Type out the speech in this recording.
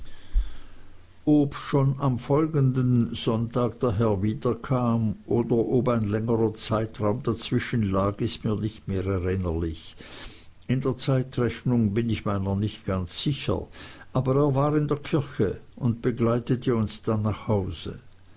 schon am folgenden sonntag der herr wieder kam oder ob ein längerer zeitraum dazwischen lag ist mir nicht mehr erinnerlich in der zeitrechnung bin ich meiner nicht ganz sicher aber er war in der kirche und begleitete uns dann nach hause